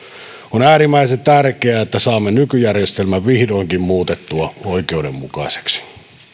on äärimmäisen tärkeää että saamme nykyjärjestelmän vihdoinkin muutettua oikeudenmukaiseksi